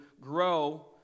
grow